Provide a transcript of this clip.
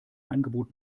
angebot